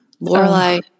Lorelai